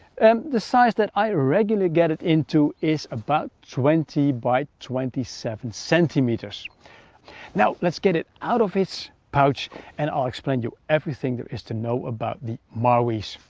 and the size that i regularly get it into is about twenty by twenty seven centimeters now let's get it out of its pouch and i'll explain you everything there is to know about the marwees.